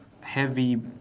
heavy